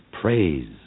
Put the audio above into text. praise